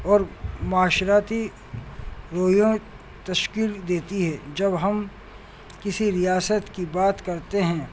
اور معاشرتی رویوں تشکیل دیتی ہے جب ہم کسی ریاست کی بات کرتے ہیں